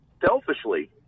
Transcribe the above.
Selfishly